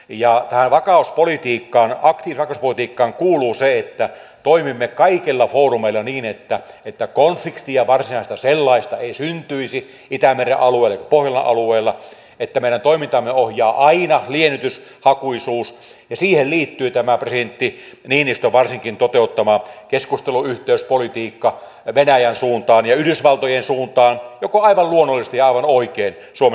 ja tähän aktiiviseen vakauspolitiikkaan kuuluu se että toimimme kaikilla foorumeilla niin että konfliktia varsinaista sellaista ei syntyisi itämeren alueella pohjolan alueella ja että meidän toimintaamme ohjaa aina liennytyshakuisuus ja siihen liittyy tämä varsinkin presidentti niinistön toteuttama keskusteluyhteyspolitiikka venäjän suuntaan ja yhdysvaltojen suuntaan mikä on aivan luonnollisesti ja aivan oikein suomen asema